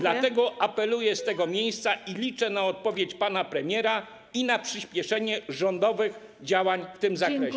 Dlatego apeluję z tego miejsca i liczę na odpowiedź pana premiera i na przyspieszenie rządowych działań w tym zakresie.